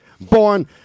born